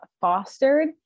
Fostered